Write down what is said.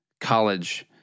College